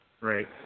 Right